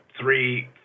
three